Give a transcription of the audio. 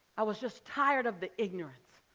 i was just tired of the ignorance.